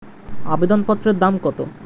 আবেদন পত্রের দাম কত?